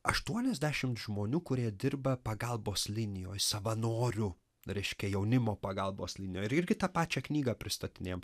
aštuoniasdešimt žmonių kurie dirba pagalbos linijoj savanoriu reiškia jaunimo pagalbos linijoj ir irgi tą pačią knygą pristatinėjom